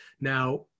Now